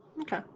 Okay